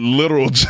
literal